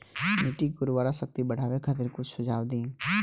मिट्टी के उर्वरा शक्ति बढ़ावे खातिर कुछ सुझाव दी?